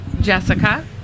Jessica